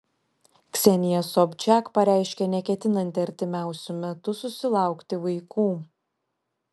ksenija sobčiak pareiškė neketinanti artimiausiu metu susilaukti vaikų